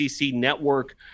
network